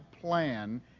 plan